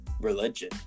religion